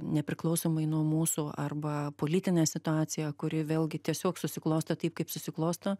nepriklausomai nuo mūsų arba politinė situacija kuri vėlgi tiesiog susiklosto taip kaip susiklosto